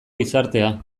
gizartea